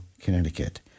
Connecticut